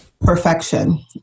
perfection